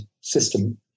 system